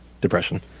depression